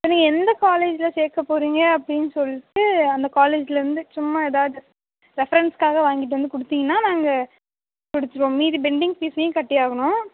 இப்போ நீ எந்த காலேஜில் சேர்க்க போகிறீங்க அப்படின் சொல்லிட்டு அந்த காலேஜ்லயிருந்து சும்மா ஏதாவது ரெஃபரன்ஸ்காக வாங்கிட்டு வந்து கொடுத்திங்கனா நாங்கள் முடிச்சிடுவோம் மீதி பெண்டிங் ஃபீஸையும் கட்டியாகணும்